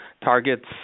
targets